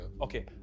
Okay